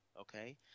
okay